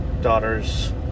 daughter's